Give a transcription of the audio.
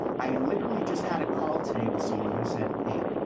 i literally just had a call today with someone who said, hey,